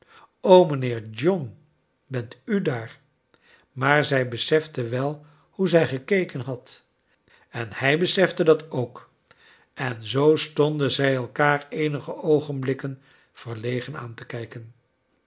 o mijnheer john bent u daar maar zij besef de wel hoe zij gekeken had en hij besefte dat ook en zoo sfconden zij elkaar eenige oogenblikken verlegen aan te kijken